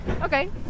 Okay